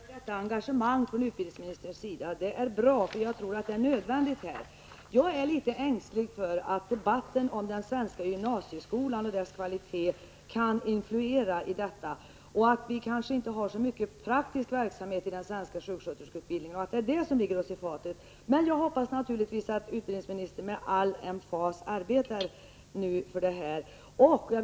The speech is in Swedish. Herr talman! Jag är tacksam för detta engagemang från utbildningsministerns sida. Det är bra att det förhåller sig på det sättet. Jag tror nämligen att det är nödvändigt i detta sammanhang. Jag är dock litet ängslig för att debatten om den svenska gymnasieskolan och kvaliteten på denna kan influera, och att vi kanske inte har så mycket av praktisk verksamhet i den svenska sjuksköterskeutbildningen. Det är kanske det som ligger oss i fatet. Jag hoppas naturligtvis att utbildningsministern med emfas arbetar för att få till stånd en lösning.